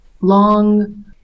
long